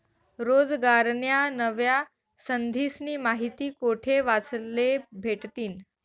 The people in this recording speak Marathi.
रोजगारन्या नव्या संधीस्नी माहिती कोठे वाचले भेटतीन?